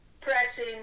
pressing